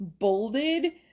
bolded